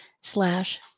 slash